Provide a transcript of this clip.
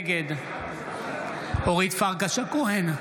נגד אורית פרקש הכהן,